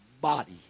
body